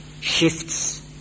shifts